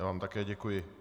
Já vám také děkuji.